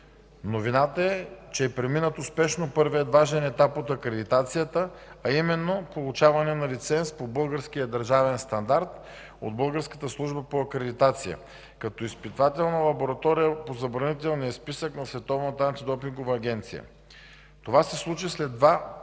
Новината е, че е преминат успешно първият важен етап от акредитацията, а именно получаване на лиценз по българския държавен стандарт от Българската служба по акредитация като изпитателна лаборатория по забранителния списък на Световната антидопингова